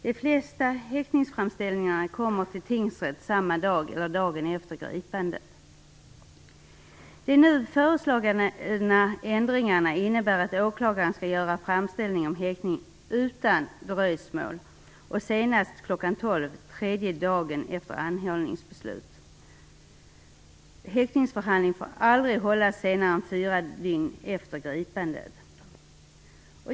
De flesta häktningsframställningarna kommer till tingsrätten samma dag som eller dagen efter gripandet. De nu föreslagna ändringarna innebär att åklagaren skall göra framställningen om häktning utan dröjsmål, och senast kl. 12 tredje dagen efter anhållningsbeslut. Häktningsförhandling får aldrig hållas senare än fyra dygn efter gripandet.